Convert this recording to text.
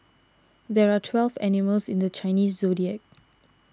there are twelve animals in the Chinese zodiac